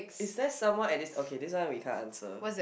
is that someone at least okay this one we can't answer